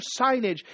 signage